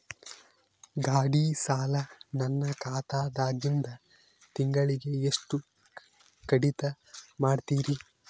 ಗಾಢಿ ಸಾಲ ನನ್ನ ಖಾತಾದಾಗಿಂದ ತಿಂಗಳಿಗೆ ಎಷ್ಟು ಕಡಿತ ಮಾಡ್ತಿರಿ?